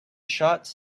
shots